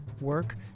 work